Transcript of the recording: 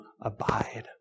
abide